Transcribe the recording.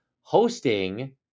hosting